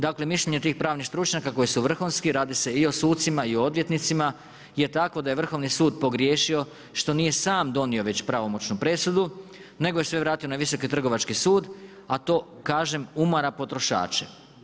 Dakle, mišljenje tih pravnih stručnjaka koji su vrhunski, radi se i o sucima i o odvjetnicima je takvo da je Vrhovni sud pogriješio što nije sam donio već pravomoćnu presudu nego je sve vratio na Visoki trgovački sud, a to kažem umara potrošače.